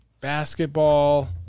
Basketball